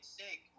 sick